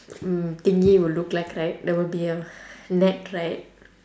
mm thingy would look like right there would be a net right